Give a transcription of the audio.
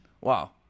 wow